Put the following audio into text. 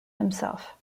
himself